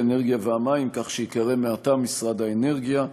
האנרגיה והמים כך שייקרא מעתה משרד האנרגיה.